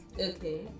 Okay